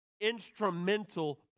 instrumental